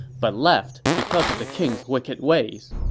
but left because of the king's wicked ways.